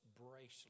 bracelet